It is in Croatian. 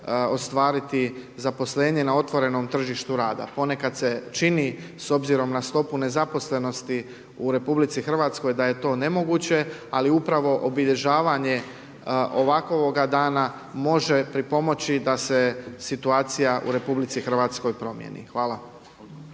ostvariti zaposlenje na otvorenom tržištu rada. Ponekad se čini s obzirom na stopu nezaposlenosti u RH da je to nemoguće, ali upravo obilježavanje ovakvoga dana može pripomoći da se situacija u RH promijeni. Hvala.